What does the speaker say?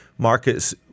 Markets